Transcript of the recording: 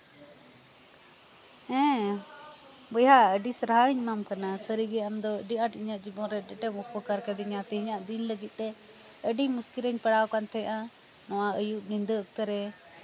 ᱦᱮᱸ ᱵᱚᱭᱦᱟ ᱟᱹᱰᱤ ᱥᱟᱨᱦᱟᱣ ᱤᱧ ᱮᱢᱟᱢ ᱠᱟᱱᱟ ᱥᱟᱹᱨᱤᱜᱮ ᱟᱢᱫᱚ ᱟᱹᱰᱤ ᱟᱸᱴ ᱤᱧᱟᱹᱜ ᱡᱤᱵᱚᱱᱨᱮ ᱟᱹᱰᱤ ᱟᱸᱴᱮᱢ ᱩᱯᱚᱠᱟᱨ ᱠᱟᱹᱫᱤᱧᱟ ᱛᱮᱦᱤᱧᱟᱜ ᱫᱤᱱ ᱞᱟᱹᱜᱤᱫᱛᱮ ᱟᱹᱰᱤ ᱢᱩᱥᱠᱤᱞ ᱨᱤᱧ ᱯᱟᱲᱟᱣ ᱟᱠᱟᱱ ᱛᱟᱸᱦᱮᱱᱟ ᱱᱚᱣᱟ ᱟᱹᱭᱩᱵ ᱧᱤᱫᱟᱹ ᱚᱠᱛᱚᱨᱮ